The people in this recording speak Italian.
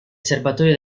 serbatoio